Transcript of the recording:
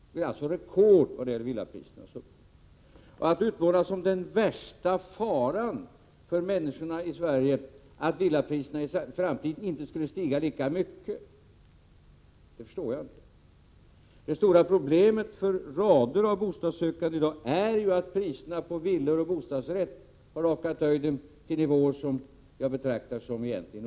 Det är alltså rekord såvitt gäller villaprisernas uppgång. Jag förstår inte hur man som den värsta faran för människorna i Sverige kan utmåla att villapriserna i framtiden inte skulle stiga lika mycket. Det stora problemet för rader av bostadssökande i dag är ju i stället att priserna på villor och bostadsrätter har rakat i höjden till nivåer som jag egentligen betraktar som orimliga.